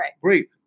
great